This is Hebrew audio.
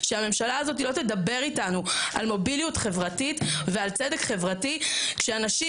שהממשלה הזאת לא תדבר איתנו על מוביליות חברתית ועל צדק חברתי כשאנשים,